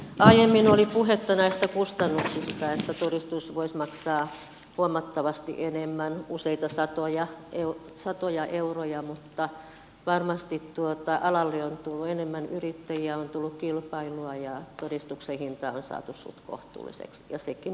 aiemmin oli puhetta näistä kustannuksista että todistus voisi maksaa huomattavasti enemmän useita satoja euroja mutta varmasti alalle on tullut enemmän yrittäjiä on tullut kilpailua ja todistuksen hinta on saatu suht kohtuulliseksi ja sekin on hyvä asia